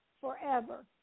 forever